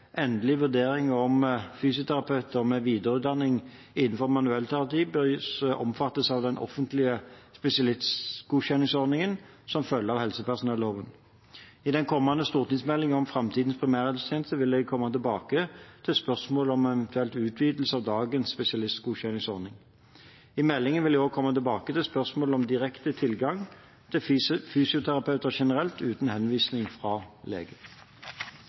endelig vurdering av om fysioterapeuter med videreutdanning innenfor manuellterapi bør omfattes av den offentlige spesialistgodkjenningsordningen som følger av helsepersonelloven. I den kommende stortingsmeldingen om framtidens primærhelsetjeneste vil jeg komme tilbake til spørsmålet om en eventuell utvidelse av dagens spesialistgodkjenningsordning. I meldingen vil jeg også komme tilbake til spørsmålet om direkte tilgang til fysioterapeuter generelt uten henvisning fra